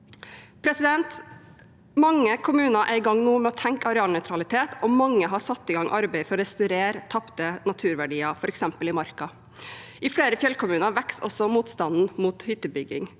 Mange kommuner er nå i gang med å tenke arealnøytralitet, og mange har satt i gang arbeid for å restaurere tapte naturverdier, f.eks. i Marka. I flere fjellkommuner vokser også motstanden mot hyttebygging.